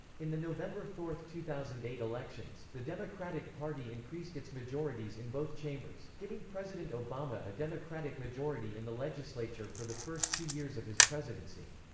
in the november four, two thousand and eight elections, the democratic party increased its majorities in both chambers, giving president obama a democratic majority in the legislature for the first two years of his presidency.